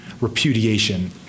repudiation